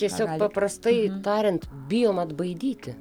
tiesiog paprastai tariant bijom atbaidyti